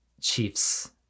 Chiefs